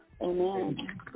Amen